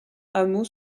hameau